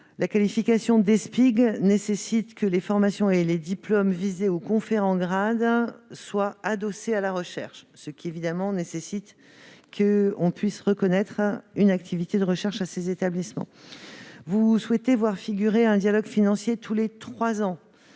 La qualification d'Eespig nécessite que les formations et les diplômes visés ou conférant grade soient adossés à la recherche, ce qui impose qu'on puisse reconnaître une activité de recherche à ces établissements. Vous souhaitez qu'un dialogue financier soit prévu tous les trois ans.